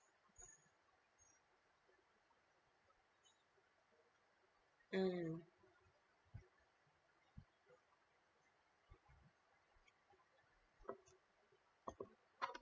mm